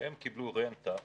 הם קיבלו רנטה שנתית,